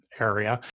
area